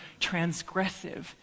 transgressive